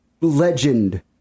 legend